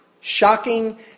Shocking